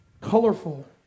colorful